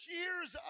years